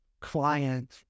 client